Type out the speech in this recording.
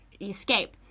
escape